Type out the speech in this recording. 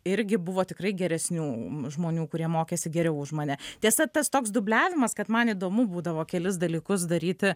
irgi buvo tikrai geresnių žmonių kurie mokėsi geriau už mane tiesa tas toks dubliavimas kad man įdomu būdavo kelis dalykus daryti